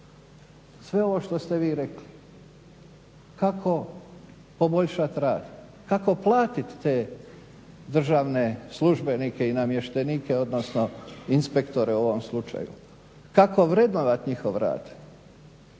sve ovo što ste vi rekli, kako poboljšat rad? Kako platit te državne službenike i namještenike odnosno inspektore u ovom slučaju? Kako vrednovat njihov rad?